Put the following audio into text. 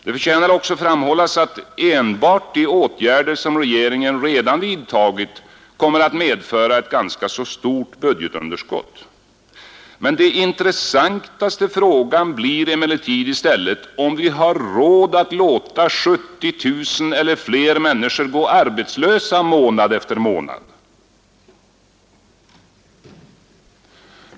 Det förtjänar också framhållas att enbart de åtgärder som regeringen redan vidtagit kommer att medföra ett ganska stort budgetunderskott. Den intressantaste frågan blir emellertid i stället om vi har råd att låta 70 000 eller fler människor gå arbetslösa månad efter månad.